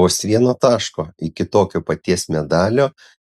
vos vieno taško iki tokio paties medalio